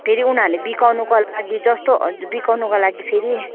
फेरि उनीहरूले बिकाउनुको लागि जस्तो बिकाउनुको लागि फेरि